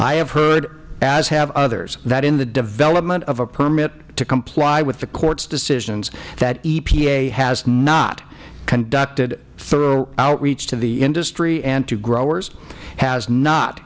i have heard as have others that in the development of a permit to comply with the courts decisions that epa has not conducted thorough outreach to the industry and to growers has not